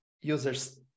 users